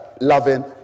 loving